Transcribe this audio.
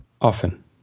Often